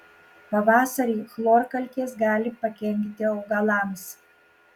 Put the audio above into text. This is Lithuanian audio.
pavasarį chlorkalkės gali pakenkti augalams